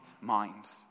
mind